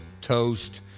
toast